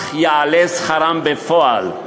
וכך יעלה שכרם בפועל,